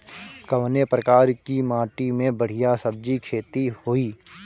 कवने प्रकार की माटी में बढ़िया सब्जी खेती हुई?